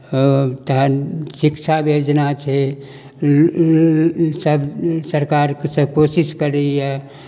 तखन शिक्षा योजना छै सभ सरकारके सभ कोशिश करैए